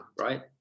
right